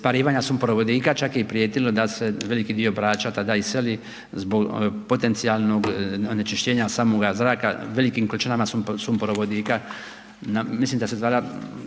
isparavanja sumporovodika, čak je i prijetilo da se veliki dio Brača tada iseli zbog potencijalnog onečišćenja samoga zraka velikim količinama sumporovodika. Mislim da se zvala